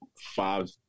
five